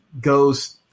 goes